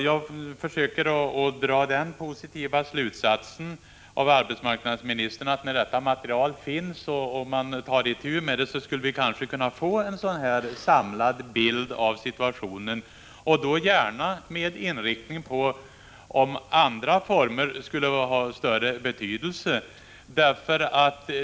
Jag försöker dra den positiva slutsatsen av vad arbetsmarknadsministern säger, att när detta material finns och man tar itu med det skulle man kanske kunna få en samlad bild av situationen och då gärna med inriktning på frågan om andra former av stöd skulle ha större effekt.